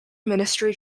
ministry